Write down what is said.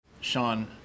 Sean